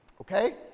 Okay